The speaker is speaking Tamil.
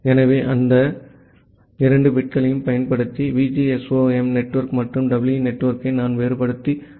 எனவே இந்த அடுத்த இரண்டு பிட்களைப் பயன்படுத்தி VGSOM நெட்வொர்க் மற்றும் EE நெட்வொர்க்கை நான் வேறுபடுத்திப் பார்க்க முடியும்